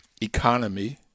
economy